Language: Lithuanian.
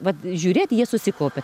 vat žiūrėt jie susikaupia